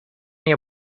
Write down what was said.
your